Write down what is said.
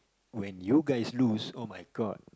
when you guys lose [oh]-my-god